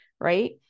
Right